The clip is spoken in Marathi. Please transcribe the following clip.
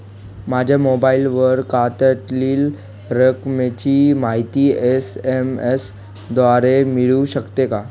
माझ्या मोबाईलवर खात्यातील रकमेची माहिती एस.एम.एस द्वारे मिळू शकते का?